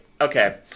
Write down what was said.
Okay